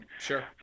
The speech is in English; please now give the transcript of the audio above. Sure